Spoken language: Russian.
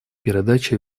передача